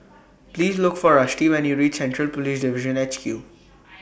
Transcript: Please Look For Rusty when YOU REACH Central Police Division H Q